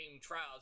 trials